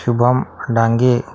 Shubham Dange